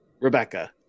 Rebecca